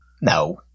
No